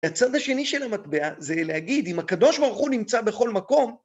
הצד השני של המטבע זה להגיד, אם הקדוש ברוך הוא נמצא בכל מקום,